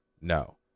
No